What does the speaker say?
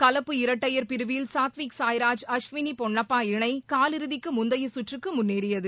கலப்பு இரட்டையர் பிரிவில் சாத்விக் சாய்ராஜ் அஸ்வினி பொன்னப்பா இணை காலிறுதிக்கு முந்தைய சுற்றுக்கு முன்னேறியது